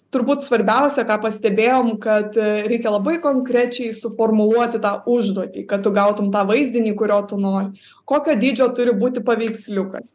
turbūt svarbiausia ką pastebėjom kad reikia labai konkrečiai suformuluoti tą užduotį kad tu gautum tą vaizdinį kurio tu nori kokio dydžio turi būti paveiksliukas